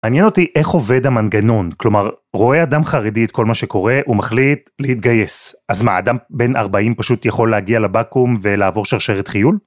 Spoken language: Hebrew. ‫מעניין אותי איך עובד המנגנון. ‫כלומר, רואה אדם חרדי את כל מה שקורה, ‫הוא מחליט להתגייס. ‫אז מה, אדם בן 40 פשוט יכול להגיע ‫לבקום ולעבור שרשרת חיול?